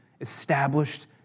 established